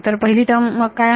तर पहिली टर्म मग काय आहे